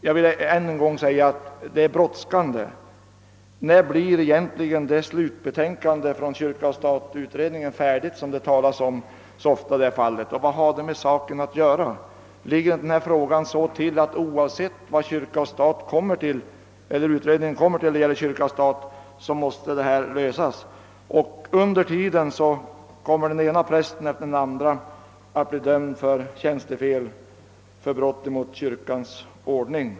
Jag vill än en gång säga att ärendet är brådskande. När blir det slutbetänkande från kyrka—stat-utredningen, som det så ofta talas om, egentligen färdigt? Och vad har detta med denna sak att göra? Ligger inte frågan till på det sättet, att oavsett vad utredningen kommer till för resultat när det gäller förhållandet kyrka—stat, så måste den nu aktuella frågan lösas? Under tiden tills betänkandet framlägges kommer den ena prästen efter den andra att bli dömd för tjänstefel och för brott mot kyrkans ordning.